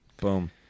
Boom